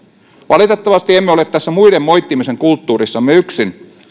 valitettavasti emme ole tässä muiden moittimisen kulttuurissamme yksin